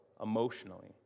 emotionally